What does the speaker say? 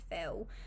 feel